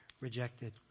rejected